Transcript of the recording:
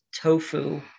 tofu